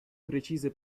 precise